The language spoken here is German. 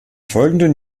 folgenden